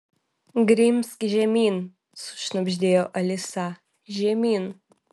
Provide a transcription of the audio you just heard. grimzk žemyn sušnabždėjo alisa žemyn